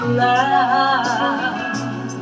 love